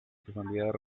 tonalidad